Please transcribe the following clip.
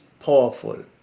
powerful